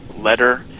letter